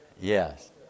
Yes